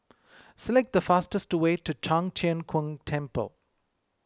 select the fastest way to Tong Tien Kung Temple